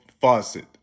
faucet